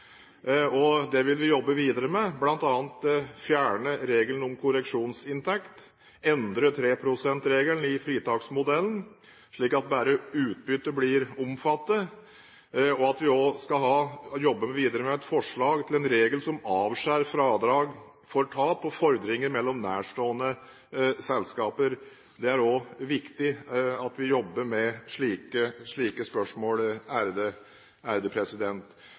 Det vil vi jobbe videre med, bl.a. fjerne regelen om korreksjonsinntekt, endre 3 pst.-regelen i fritaksmetoden slik at bare utbytter blir omfattet, og vi skal jobbe videre med et forslag til en regel som avskjærer fradrag for tap på fordring mellom nærstående selskaper. Det er også viktig at vi jobber med slike spørsmål.